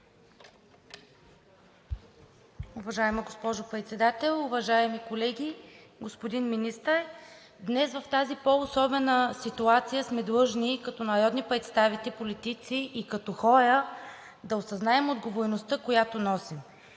Уважаема госпожо Председател, уважаеми колеги, господин Министър! Днес в тази по особена ситуация сме длъжни като народни представители, политици и хора да осъзнаем отговорността, която носим.